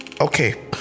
okay